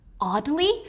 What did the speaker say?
Oddly